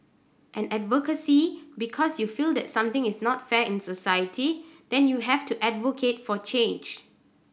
and advocacy because you feel that something is not fair in society then you have to advocate for change